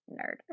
nerd